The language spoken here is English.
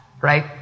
Right